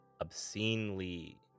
obscenely